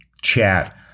chat